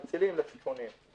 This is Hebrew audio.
חצילים ומלפפונים.